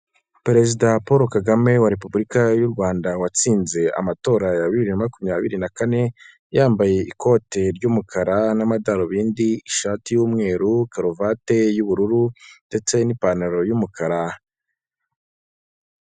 Perezida Paul Kagame wa Repubulika y'u Rwanda watsinze amatora ya bibiri na makumyabiri na kane, yambaye ikote ry'umukara n'amadarubindi, ishati y'umweru, karuvati y'ubururu ndetse n'ipantaro y'umukara.